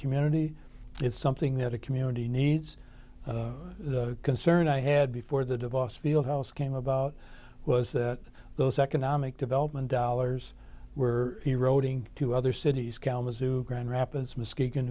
community it's something that a community needs concern i had before the divorce fieldhouse came about was that those economic development dollars were eroding to other cities kalamazoo grand rapids m